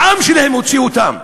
העם שלהם הוציא אותם,